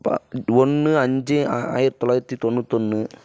ப ஒன்று அஞ்சு ஆயிரத்து தொள்ளாயிரத்து தொண்ணூத்தொன்று